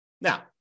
Now